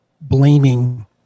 blaming